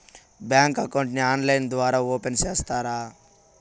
Bank account ని online ద్వారా open సేస్తారా?